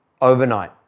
overnight